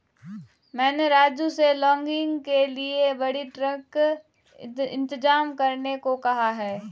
मैंने राजू से लॉगिंग के लिए बड़ी ट्रक इंतजाम करने को कहा है